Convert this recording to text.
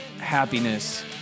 happiness